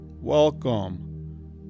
welcome